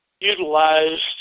utilized